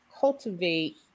cultivate